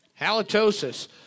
Halitosis